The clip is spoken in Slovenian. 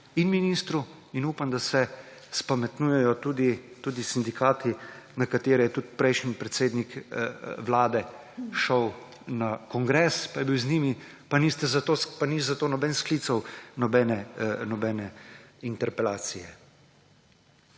in ministru in upam, da se spametujejo tudi sindikati. Ko je tudi prejšnji predsednik vlade šel na njihov kongres in je bil z njimi, pa ni zato nihče sklical nobene interpelacije.